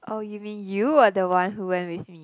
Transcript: oh you mean you were the one who went with me